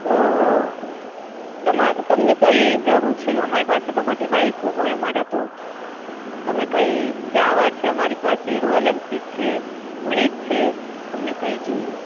તો તમા તમને કઈ જરૂર છે અમારી પાસે બધી બાઈકો હોઈ અમારે તો તમે કઈ જાવા છે અમારી પાસે રોયલ એન્ફિલ્ડ છે બુલેટ છે તમને કઈ જોઈએ